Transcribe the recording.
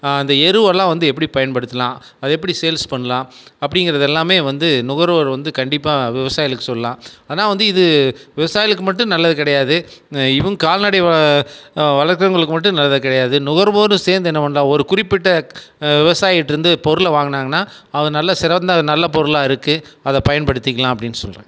அந்த எருவெல்லாம் வந்து எப்படி பயன்படுத்தலாம் அதை எப்படி சேல்ஸ் பண்ணலாம் அப்படிங்கிறது எல்லாமே வந்து நுகர்வோர் வந்து கண்டிப்பாக விவசாயிகளுக்கு சொல்லலாம் ஆனால் வந்து இது விவசாயிகளுக்கு மட்டும் நல்லது கிடையாது இவு கால்நடை வளர்க்கிறவங்களுக்கு மட்டும் நல்லது கிடையாது நுகர்வோரும் சேர்ந்து என்ன பண்ணலாம் ஒரு குறிப்பிட்ட விவசாயிகிட்டிருந்து பொருளை வாங்கினாங்கன்னா அது நல்ல சிறந்த நல்ல பொருளாக இருக்குது அதை பயன்படுத்திக்கலாம் அப்படின்னு சொல்கிறேன்